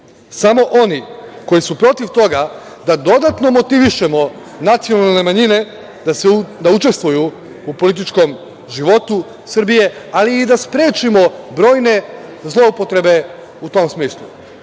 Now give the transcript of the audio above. Samo oni koji su protiv toga da dodatno motivišemo nacionalne manjine da učestvuju u političkom životu Srbije, ali i da sprečimo brojne zloupotrebe u tom smislu.